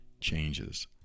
changes